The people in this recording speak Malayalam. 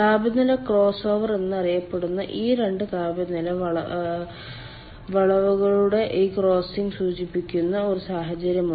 താപനില ക്രോസ് ഓവർ എന്നറിയപ്പെടുന്ന ഈ 2 താപനില വളവുകളുടെ ഈ ക്രോസിംഗ് സൂചിപ്പിക്കുന്ന ഒരു സാഹചര്യമുണ്ട്